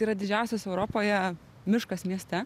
tai yra didžiausias europoje miškas mieste